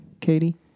Katie